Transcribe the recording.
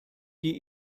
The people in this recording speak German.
die